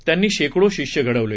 त्यांनी शेकडो शिष्य घडवले